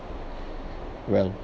well